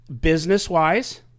business-wise